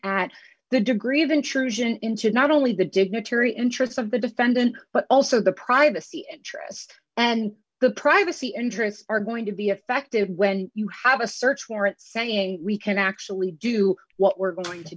at the degree of intrusion into not only the dignitary interests of the defendant but also the privacy interest and the privacy interests are going to be affected when you have a search warrant saying we can actually do what we're going to